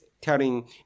telling